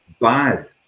bad